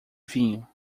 vinho